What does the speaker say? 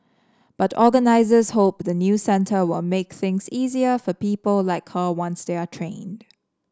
but organisers hope the new centre will make things easier for people like her once they are trained